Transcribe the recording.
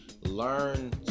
learn